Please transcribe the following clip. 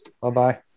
Bye-bye